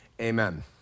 amen